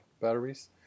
batteries